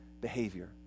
behavior